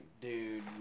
dude